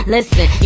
Listen